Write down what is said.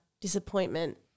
disappointment